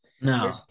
no